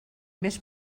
més